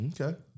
Okay